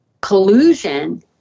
collusion